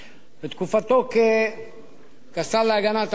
בתקופתו כשר להגנת העורף,